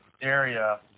area